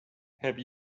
have